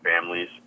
families